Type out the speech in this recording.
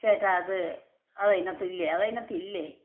ചേട്ടാ അത് അതിനകത്തില്ലേ അത് അതിനകത്തില്ലേ